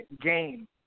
game